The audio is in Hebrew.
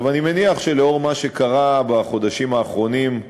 אני מניח שלנוכח מה שקרה בחודשים האחרונים,